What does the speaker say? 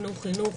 חינוך, חינוך